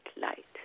light